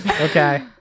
Okay